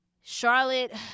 Charlotte